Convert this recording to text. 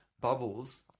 bubbles